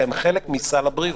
שהן חלק מסל הבריאות.